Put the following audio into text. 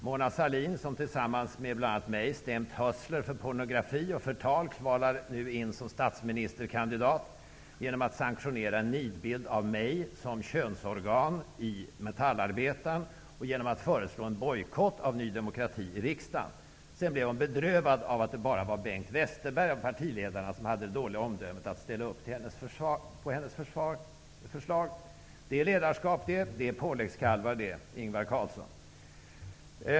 Mona Sahlin, som tillsammans med bl.a. mig stämt Hustler för förtal i samband med pornografi, kvalar nu in som statsministerkandidat genom att sanktionera en nidbild av mig som könsorgan i Metallarbetaren och genom att föreslå en bojkott av Ny demokrati i riksdagen. Hon blev bedrövad av att det bara var Bengt Westerberg av partiledarna som hade det dåliga omdömet att ställa upp på hennes förslag. Det är ledarskap och påläggskalvar det, Ingvar Carlsson!